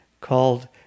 called